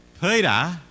Peter